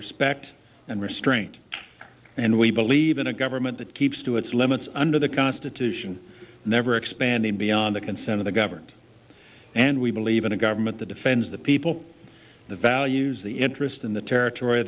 respect and restraint and we believe in a government that keeps to its limits under the constitution never expanding beyond the consent of the governed and we believe in a government that defends the people the values the interest in the territory